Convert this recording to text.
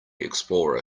explorer